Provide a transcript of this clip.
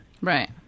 Right